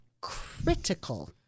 critical